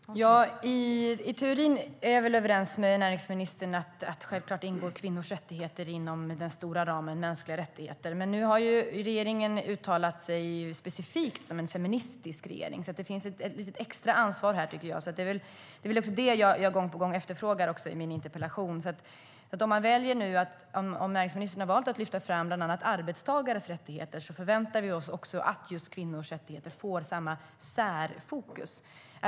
Fru talman! I teorin är jag överens med näringsministern om att kvinnors rättigheter självklart faller inom den stora ramen för mänskliga rättigheter. Men regeringen har specifikt uttalat att man är en feministisk regering, och därför finns det ett extra ansvar. Det är också det jag efterfrågar i min interpellation. Eftersom näringsministern har valt att lyfta fram arbetstagares rättigheter förväntar vi oss att kvinnors rättigheter får samma särfokus.